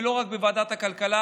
ולא רק בוועדת הכלכלה.